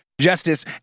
Justice